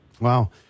Wow